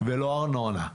ולא ארנונה.